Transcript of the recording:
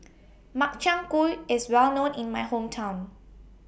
Makchang Gui IS Well known in My Hometown